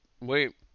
wait